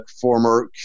former